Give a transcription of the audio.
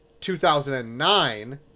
2009